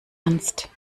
ernst